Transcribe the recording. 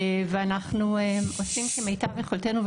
ואנחנו עושים כמיטב יכולתנו,